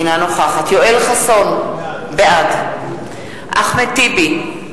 אינה נוכחת יואל חסון, בעד אחמד טיבי,